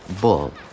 Bull